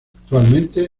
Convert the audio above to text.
actualmente